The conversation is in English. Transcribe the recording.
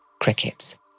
crickets